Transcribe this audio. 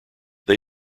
they